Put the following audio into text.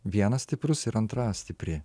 vienas stiprus ir antra stipri